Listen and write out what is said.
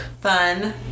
Fun